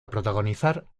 protagonizar